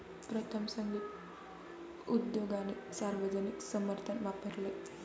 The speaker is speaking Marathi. प्रथम, संगीत उद्योगाने सार्वजनिक समर्थन वापरले